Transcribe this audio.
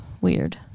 weird